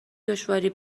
دشواری